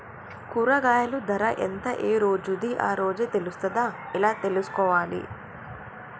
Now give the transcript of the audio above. కూరగాయలు ధర ఎంత ఏ రోజుది ఆ రోజే తెలుస్తదా ఎలా తెలుసుకోవాలి?